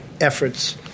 efforts